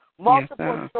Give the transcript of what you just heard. Multiple